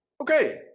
Okay